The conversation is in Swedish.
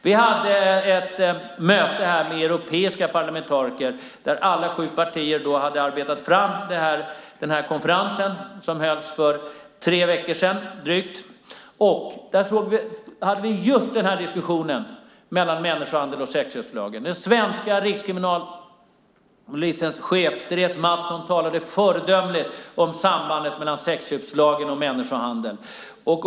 Vi hade ett möte med europeiska parlamentariker där alla sju partier var med - den konferens som hölls för drygt tre veckor sedan - och där hade vi uppe just denna diskussion om sambandet mellan människohandel och sexköpslagen. Chefen för svenska Rikskriminalen, Therese Mattsson, talade föredömligt om sambandet mellan sexköpslagen och människohandel.